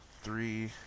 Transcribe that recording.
Three